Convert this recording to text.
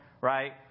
right